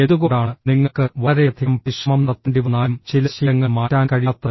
എന്തുകൊണ്ടാണ് നിങ്ങൾക്ക് വളരെയധികം പരിശ്രമം നടത്തേണ്ടിവന്നാലും ചില ശീലങ്ങൾ മാറ്റാൻ കഴിയാത്തത്